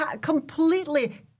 completely